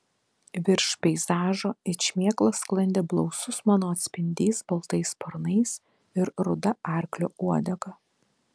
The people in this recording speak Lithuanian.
virš peizažo it šmėkla sklandė blausus mano atspindys baltais sparnais ir ruda arklio uodega